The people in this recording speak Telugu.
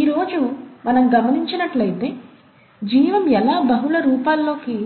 ఈ రోజు మనం గమనించినట్లయితే జీవం ఎలా బహుళ రూపాల్లోకి